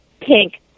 pink